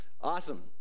Awesome